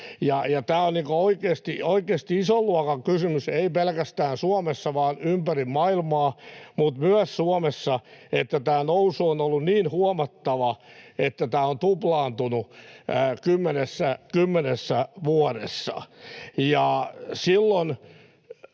Tämä on oikeasti ison luokan kysymys, ei pelkästään Suomessa vaan ympäri maailmaa, mutta myös Suomessa, että tämä nousu on ollut niin huomattava, että tämä on tuplaantunut kymmenessä vuodessa.